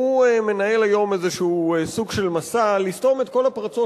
הוא מנהל היום איזה סוג של מסע לסתום את כל הפרצות